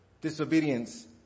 Disobedience